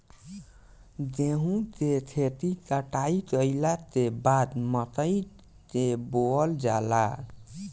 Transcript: गेहूं के खेती कटाई कइला के बाद मकई के बोअल जाला